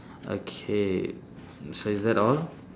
okay so is that all